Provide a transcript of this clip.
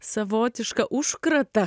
savotišką užkratą